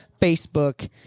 Facebook